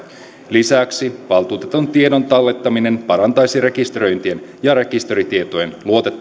lisäksi valtuutetun tiedon tallettaminen parantaisi rekisteröintien ja rekisteritietojen luotettavuutta